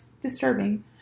disturbing